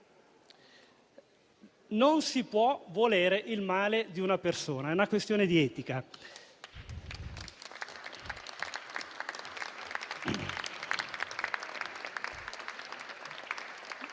Non si può volere il male di una persona: è una questione di etica.